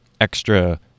extra